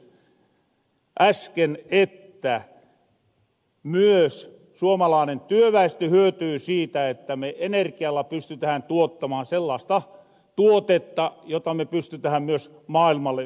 satonen tuos kertoi äsken myös suomalaanen työväestö hyötyy siitä että me energialla pystytähän tuottamaan sellaasta tuotetta jota me pystytähän myös maailmalle välittämään